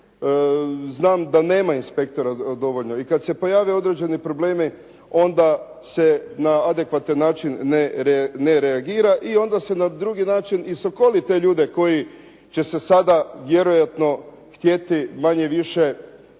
Znam da nema inspektora dovoljno. I kada se pojave određeni problemi onda se na adekvatan način ne reagira i onda se na drugi način i sokoli te ljude koji će se sada vjerojatno htjeti manje više